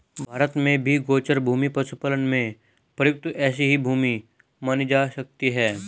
भारत में भी गोचर भूमि पशुपालन में प्रयुक्त ऐसी ही भूमि मानी जा सकती है